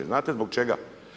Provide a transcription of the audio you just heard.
Znate zbog čega?